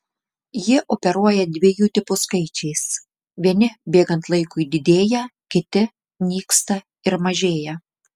jie operuoja dviejų tipų skaičiais vieni bėgant laikui didėja kiti nyksta ir mažėja